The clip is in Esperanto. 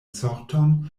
sorton